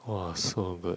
!wah! so good